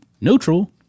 neutral